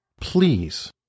please